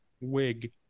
wig